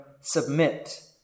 submit